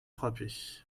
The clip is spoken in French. frappés